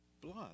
blood